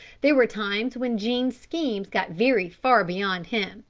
there were times when jean's schemes got very far beyond him,